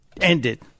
ended